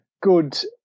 good